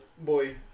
Boy